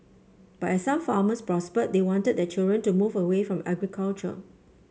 but as some farmers prospered they wanted their children to move away from agriculture